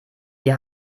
die